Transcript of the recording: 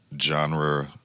genre